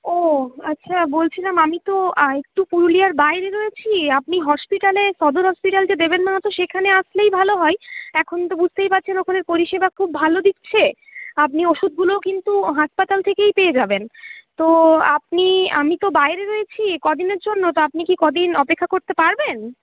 ও আচ্ছা বলছিলাম আমি তো একটু পুরুলিয়ার বাইরে রয়েছি আপনি হসপিটালে সদর হসপিটাল যে দেবেন মাহাতো সেখানে আসলেই ভালো হয় এখন তো বুঝতেই পারছেন ওখানের পরিষেবা খুব ভালো দিচ্ছে আপনি ওষুধগুলোও কিন্তু হাসপাতাল থেকেই পেয়ে যাবেন তো আপনি আমি তো বাইরে রয়েছি কদিনের জন্য তো আপনি কি কদিন অপেক্ষা করতে পারবেন